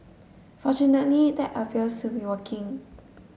fortunately that appears to be working